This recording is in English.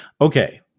Okay